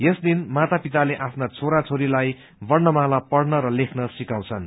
यस दिन माता पिताले आफ्ना छोरा छोरीलाई वर्णमाला पढ़न र लेख्न सिकाउँछन्